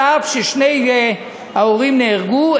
אפילו ששני ההורים נהרגו,